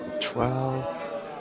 twelve